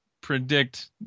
predict